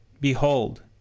Behold